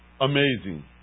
amazing